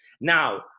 Now